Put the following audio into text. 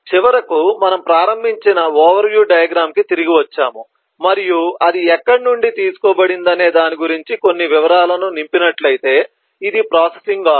చివరకు మనము ప్రారంభించిన ఓవర్ వ్యూ డయాగ్రమ్ కి తిరిగి వచ్చాము మరియు అది ఎక్కడి నుండి తీసుకోబడిందనే దాని గురించి కొన్ని వివరాలను నింపినట్లయితే ఇది ప్రాసెసింగ్ ఆర్డర్